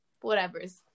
whatever's